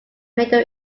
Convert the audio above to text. middle